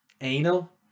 anal